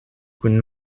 kun